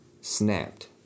snapped